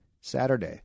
Saturday